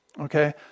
Okay